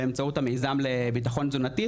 באמצעות המיזם לביטחון תזונתי,